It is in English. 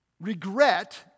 regret